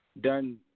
done